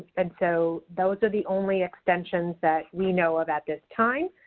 and so those are the only extensions that we know of at this time.